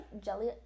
jelly